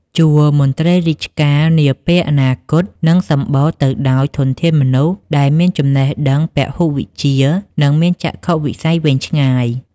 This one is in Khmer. ជួរមន្ត្រីរាជការនាពេលអនាគតនឹងសំបូរទៅដោយធនធានមនុស្សដែលមានចំណេះដឹងពហុវិជ្ជា និងមានចក្ខុវិស័យវែងឆ្ងាយ។